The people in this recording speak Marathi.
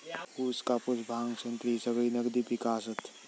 ऊस, कापूस, भांग, संत्री ही सगळी नगदी पिका आसत